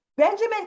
Benjamin